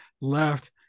left